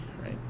right